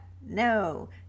no